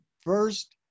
first